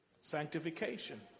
Sanctification